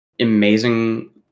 amazing